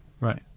Right